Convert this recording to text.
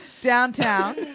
Downtown